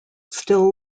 still